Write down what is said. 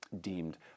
deemed